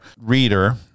reader